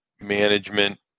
management